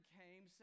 came